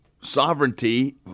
sovereignty